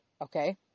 Okay